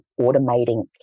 automating